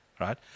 right